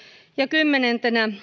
kymmenentenä